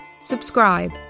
subscribe